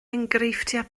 enghreifftiau